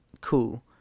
Cool